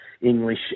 English